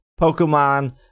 Pokemon